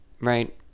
right